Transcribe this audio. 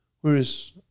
Whereas